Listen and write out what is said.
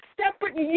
separate